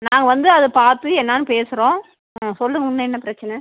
நாங்கள் வந்து அதை பார்த்து என்னான்று பேசறோம் சொல்லுங்கள் உன்னோ என்ன பிரச்சனை